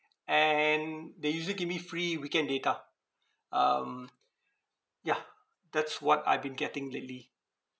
and they usually give me free weekend data um yeah that's what I've been getting lately